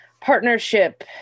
Partnership